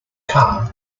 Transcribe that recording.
car